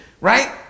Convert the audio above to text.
right